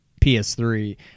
PS3